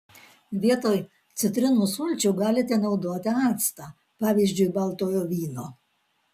vietoj citrinų sulčių galite naudoti actą pavyzdžiui baltojo vyno